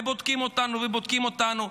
ובודקים אותנו ובודקים אותנו.